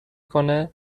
کنه